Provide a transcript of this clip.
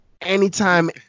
Anytime